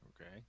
Okay